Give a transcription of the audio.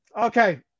Okay